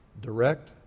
direct